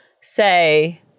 say